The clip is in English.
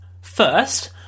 First